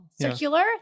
circular